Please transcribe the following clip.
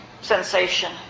Sensation